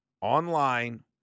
online